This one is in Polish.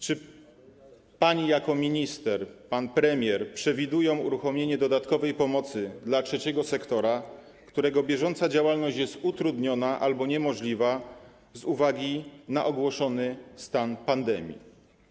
Czy pani jako minister i pan premier przewidujecie uruchomienie dodatkowej pomocy dla trzeciego sektora, którego bieżąca działalność jest utrudniona albo niemożliwa z uwagi na ogłoszony stan pandemii?